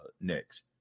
next